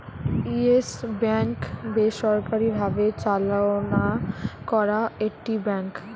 yes Bank বেসরকারি ভাবে চালনা করা একটা ব্যাঙ্ক